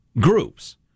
groups